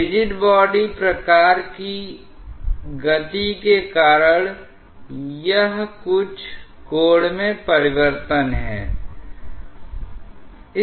rigid body प्रकार की गति के कारण यह कुछ कोण में परिवर्तन है